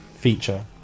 feature